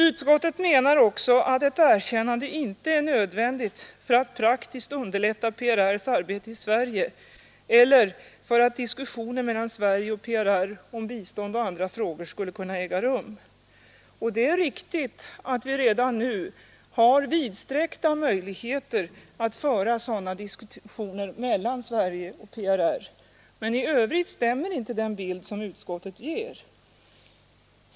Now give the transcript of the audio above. Utskottet menar också att ett erkännande inte är nödvändigt för att praktiskt underlätta PRRs arbete i Sverige eller för att diskussioner mellan Sverige och PRR om bistånd och andra frågor skulle kunna äga rum. Det är riktigt att vi redan nu har vidsträckta möjligheter att föra bindelser med Republiken Sydvietnams provisoriska revolutionära regering sådana diskussioner mellan Sverige och PRR, men i övrigt stämmer inte den bild som utskottet ger.